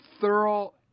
thorough